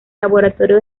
laboratorio